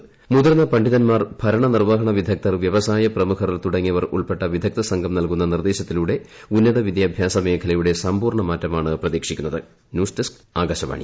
മൂത്പിർന്ന പണ്ഡിതന്മാർ ഭരണനിർവ്വഹണ വിദഗ്ദ്ധർ വ്യവസായ പ്രമൂഖർതുടങ്ങിയവർ ഉൾപ്പെട്ട വിദഗ്ദ്ധസംഘം നൽകുന്ന നിർദ്ദേശത്തിലൂട്ടി ഉന്നതവിദ്യാഭ്യാസ മേഖലയുടെ സമ്പൂർണ്ണ മാറ്റമാണ് പ്രതീക്ഷിക്കുന്നത്ത് ന്യൂസ് ഡെസ്ക് ആകാശവാണി